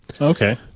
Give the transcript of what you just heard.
Okay